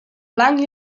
blanc